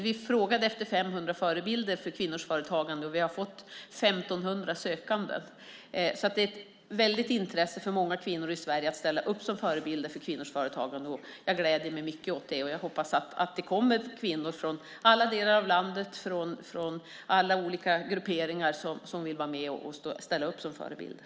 Vi frågade efter 500 förebilder för kvinnors företagande och vi har fått 1 500 sökande. Det är jätteroligt att se. Det är ett stort intresse från många kvinnor i Sverige att ställa upp som förebilder för kvinnors företagande. Jag gläder mig mycket åt det. Jag hoppas att kvinnor från alla delar av landet och från alla grupperingar vill ställa upp som förebilder.